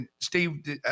Steve